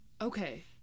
Okay